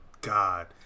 God